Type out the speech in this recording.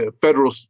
federal